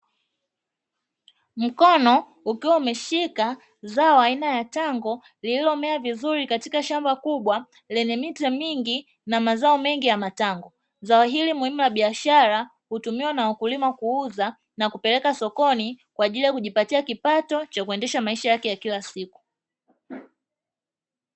Mkono ukiwa umeshika zao aina ya tango lililomea vizuri katika shamba kubwa lenye miche mingi na mazao ya matango. Zao hili muhimu la biashara hutumika na wakulima kuuza ma kupeleka sokoni kwaajili ya kujipatia kipato cha kuendesha maisha yake ya kilasiku